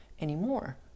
Anymore